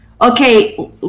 okay